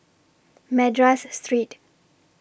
Madras Street